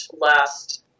last